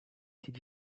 did